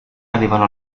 avevano